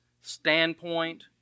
standpoint